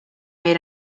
made